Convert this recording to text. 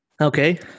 Okay